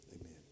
Amen